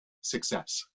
success